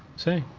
see,